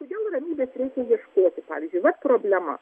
jum ramybės reikia ieškoti pavyzdžiui vat problema